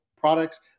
products